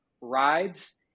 Rides